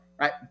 right